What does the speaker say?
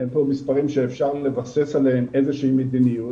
אין פה מספרים שאפשר לבסס עליהם איזו שהיא מדיניות,